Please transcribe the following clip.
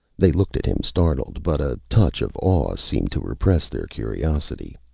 they looked at him, startled. but a touch of awe seemed to repress their curiosity.